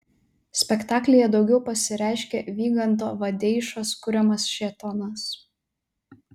spektaklyje daugiau pasireiškia vygando vadeišos kuriamas šėtonas